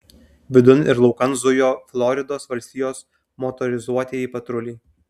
vidun ir laukan zujo floridos valstijos motorizuotieji patruliai